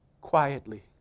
quietly